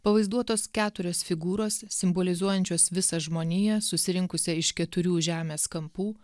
pavaizduotos keturios figūros simbolizuojančios visą žmoniją susirinkusią iš keturių žemės kampų